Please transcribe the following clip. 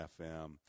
FM